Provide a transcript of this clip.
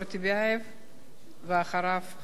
ואחריו, חבר הכנסת מאיר שטרית.